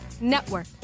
Network